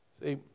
See